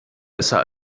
besser